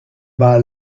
bas